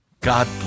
God